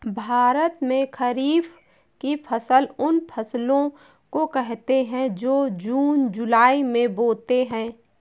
भारत में खरीफ की फसल उन फसलों को कहते है जो जून जुलाई में बोते है